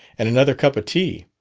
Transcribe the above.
and another cup of tea.